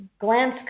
glance